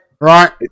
right